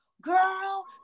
girl